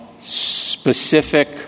specific